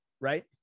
right